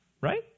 right